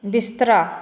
ਬਿਸਤਰਾ